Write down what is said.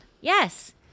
Yes